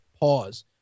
pause